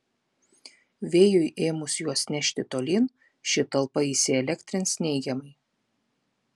vėjui ėmus juos nešti tolyn ši talpa įsielektrins neigiamai